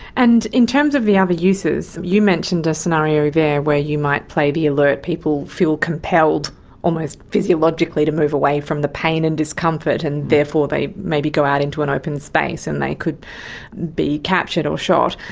and in terms of the ah other uses, you mentioned a scenario there where you might play the alert, people feel compelled almost physiologically to move away from the pain and discomfort and therefore they maybe go out into an open space and they could be captured or shot.